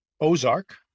ozark